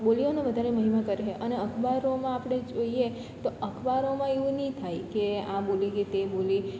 બોલીઓનો વધારે મહિમા કરશે અને અખબારોમાં આપણે જોઈએ તો અખબારોમાં એવું નહીં થાય કે આ બોલી કે તે બોલી